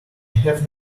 have